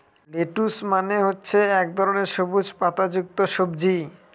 lettuce মানে হচ্ছে এক ধরনের সবুজ পাতা যুক্ত সবজি